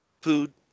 food